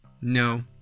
No